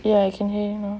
ya I can hear you now